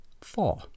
Four